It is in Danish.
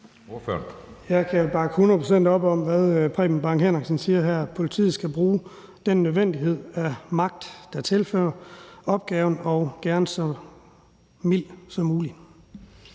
Jeg kan bakke hundrede procent op om, hvad Preben Bang Henriksen siger her. Politiet skal bruge den nødvendige magt, der hører til opgaven, og den skal gerne være så mild som muligt.